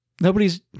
Nobody's